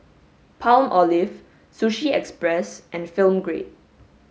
Palmolive Sushi Express and Film Grade